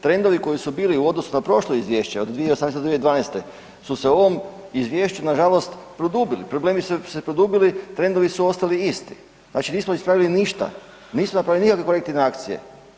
Trendovi koji su bili u odnosu na prošlo Izvješće od 2008.-2012. su se u ovom Izvješću nažalost, produbili, problemi su se produbili, trendovi su ostali isti, znači nismo ispravili ništa, nismo napravili nikakve korektivne akcije.